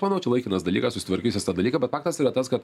manau čia laikinas dalykas susitvarkys jis tą dalyką bet faktas yra tas kad